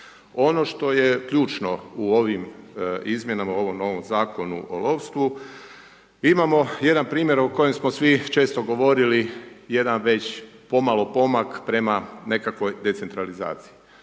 Ono što je ključno u ovim izmjenama u ovom novom Zakonu o lovstvu, imamo jedan primjer u kojem smo vi često govorili, jedan već pomalo pomak prema decentralizaciji.